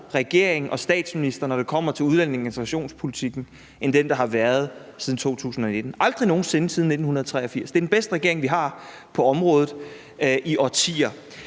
regering og statsminister, når det kommer til udlændinge- og integrationspolitikken, end den, der har været siden 2019 – aldrig nogen sinde siden 1983. Det er den bedste regering, vi har haft på området i årtier.